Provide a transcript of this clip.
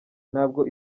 ntabwo